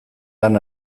lan